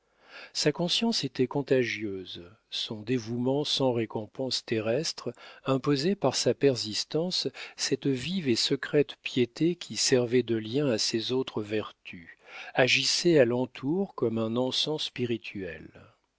sa conscience était contagieuse son dévouement sans récompense terrestre imposait par sa persistance cette vive et secrète piété qui servait de lien à ses autres vertus agissait à l'entour comme un encens spirituel